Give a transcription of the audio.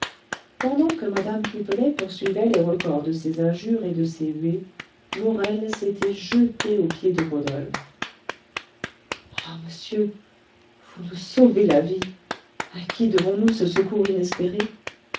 pendant que mme pipelet poursuivait les recors de ses injures et de ses huées morel s'était jeté aux pieds de rodolphe ah monsieur vous nous sauvez la vie à qui devons-nous ce secours inespéré